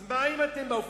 אז מה אם אתם באופוזיציה?